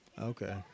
Okay